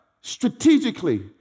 strategically